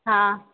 हाँ